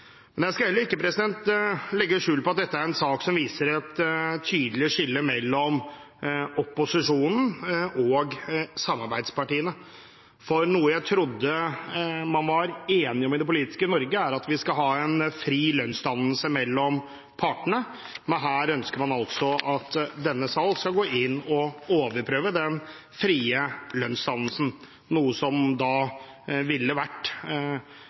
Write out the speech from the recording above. Men jeg skal heller ikke legge skjul på at dette er en sak som viser et tydelig skille mellom opposisjonen og samarbeidspartiene. For noe jeg trodde man var enig om i det politiske Norge, var at vi skal ha en fri lønnsdannelse mellom partene. Men her ønsker man altså at denne sal skal gå inn og overprøve den frie lønnsdannelsen, noe som ville vært